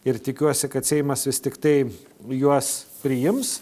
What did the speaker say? ir tikiuosi kad seimas vis tiktai juos priims